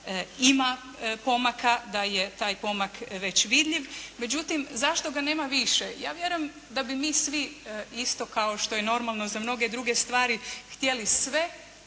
ima pomaka, da je taj pomak već vidljiv. Međutim, zašto ga nema više. Ja vjerujem da bi mi svi, isto kao što je normalno za mnoge druge stvari htjeli sve